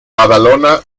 badalona